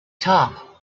top